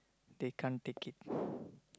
they can't take it